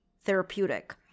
therapeutic